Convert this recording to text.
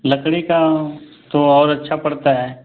लकड़ी का तो और अच्छा पड़ता है